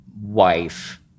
wife